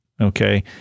Okay